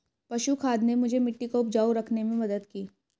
पशु खाद ने मुझे मिट्टी को उपजाऊ रखने में मदद की